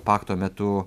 pakto metu